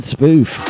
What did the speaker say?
Spoof